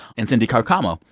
and cindy carcamo,